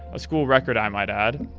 a school record, i might add,